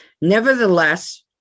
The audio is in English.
Nevertheless